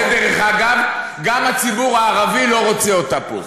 דרך אגב, גם הציבור הערבי לא רוצה אותה פה.